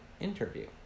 interview